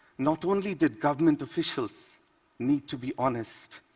not only did government officials need to be honest,